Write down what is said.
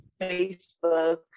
facebook